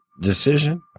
decision